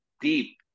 deep